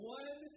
one